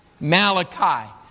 Malachi